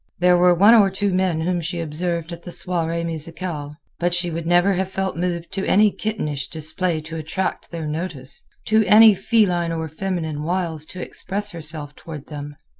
there were one or two men whom she observed at the soiree musicale but she would never have felt moved to any kittenish display to attract their notice to any feline or feminine wiles to express herself toward them.